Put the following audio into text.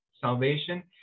salvation